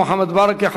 מוחמד ברכה,